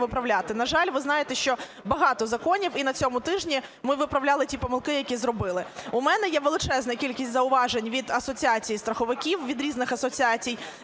На жаль, ви знаєте, що багато законів, і на цьому тижні, ми виправляли ті помилки, які зробили. У мене є величезна кількість зауважень від Асоціації страховиків, від різних асоціацій,